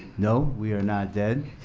no, we are not dead.